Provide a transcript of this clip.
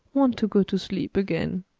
want to go to sleep again,